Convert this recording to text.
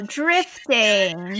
drifting